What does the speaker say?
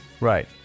Right